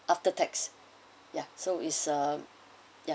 after tax ya so it's uh ya